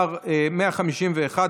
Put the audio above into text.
(מס' 151),